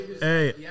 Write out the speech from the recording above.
Hey